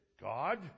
God